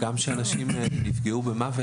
העונשין כנדרש, לפי החוק